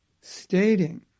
stating